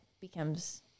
becomes